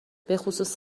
بخصوص